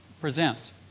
present